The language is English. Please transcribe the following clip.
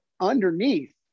underneath